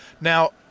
Now